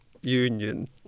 union